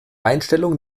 einstellung